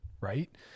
right